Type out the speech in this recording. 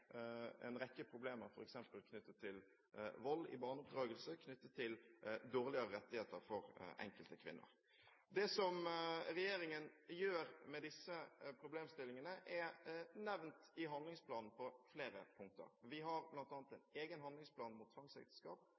en rekke problemer knyttet til f.eks. vold i barneoppdragelse og dårligere rettigheter for enkelte kvinner. Det som regjeringen gjør med disse problemstillingene, er nevnt i handlingsplanen på flere punkter. Vi har bl.a. en egen handlingsplan mot tvangsekteskap